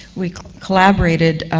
we collaborated,